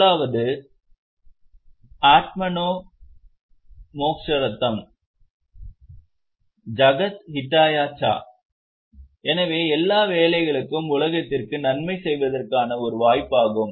முதலாவது ஆத்மானோ மோக்ஷார்த்தம் ஜகத் ஹிட்டாயா சா எனவே எல்லா வேலைகளும் உலகத்திற்கு நன்மை செய்வதற்கான ஒரு வாய்ப்பாகும்